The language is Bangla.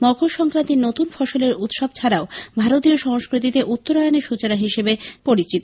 মকরসংক্রান্তি নতুন ফসলের উৎসব ছাড়াও ভারতীয় সংস্কৃতিতে উত্তরায়ণের সৃচনা হিসেবে পরিচিত